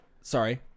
sorry